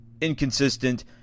Inconsistent